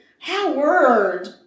Howard